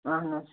اَہَن حظ